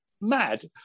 mad